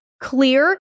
clear